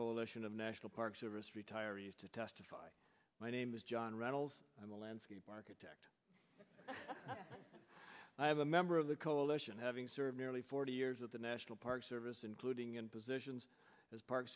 coalition of national park service retirees to testify my name is john rattles i'm a landscape architect i have a member of the coalition having served nearly forty years at the national park service including in positions as park